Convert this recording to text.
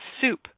soup